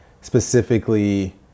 specifically